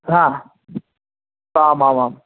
हा आमामाम्